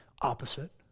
Opposite